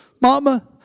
Mama